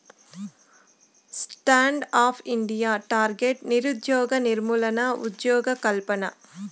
stand up India target నిరుద్యోగ నిర్మూలన, ఉజ్జోగకల్పన